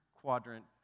quadrant